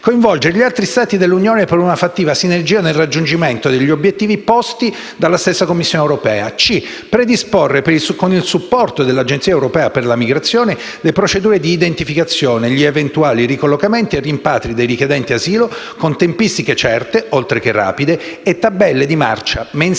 coinvolgere gli altri Stati dell'Unione per una fattiva sinergia nel raggiungimento degli obiettivi posti dalla Commissione europea; di predisporre, con il supporto dell'Agenzia europea per la migrazione, le procedure di identificazione, gli eventuali ricollocamenti e rimpatri dei richiedenti asilo con tempistiche certe, oltre che rapide, e tabelle di marcia mensili e